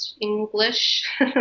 English